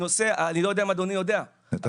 אני לא יודע אם אדוני יודע --- נתנאל,